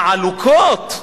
העלוקות,